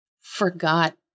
forgot